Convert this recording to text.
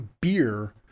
Beer